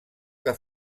que